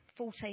14